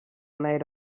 night